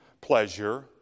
pleasure